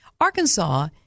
Arkansas